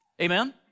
Amen